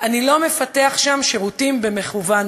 אני לא מפתח שם שירותים במכוון,